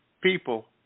people